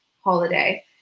holiday